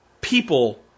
people